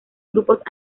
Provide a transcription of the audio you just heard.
grupos